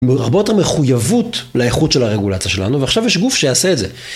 הרבה יותר מחויבות לאיכות של הרגולציה שלנו, ועכשיו יש גוף שיעשה את זה.